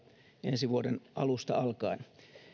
ensi vuoden alusta alkaen